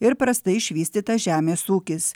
ir prastai išvystytas žemės ūkis